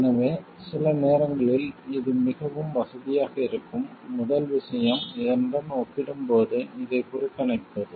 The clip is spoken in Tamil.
எனவே சில நேரங்களில் இது மிகவும் வசதியாக இருக்கும் முதல் விஷயம் இதனுடன் ஒப்பிடும் போது இதைப் புறக்கணிப்பது